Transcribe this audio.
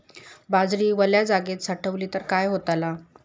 बाजरी वल्या जागेत साठवली तर काय होताला?